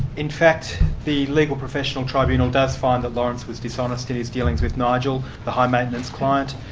in fact, the legal professional tribunal does find that lawrence was dishonest in his dealings with nigel, the high maintenance client.